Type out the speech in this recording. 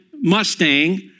Mustang